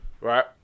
Right